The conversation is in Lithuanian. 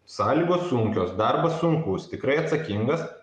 sąlygos sunkios darbas sunkus tikrai atsakingas